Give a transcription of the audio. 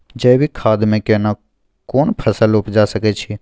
जैविक खाद से केना कोन फसल उपजा सकै छि?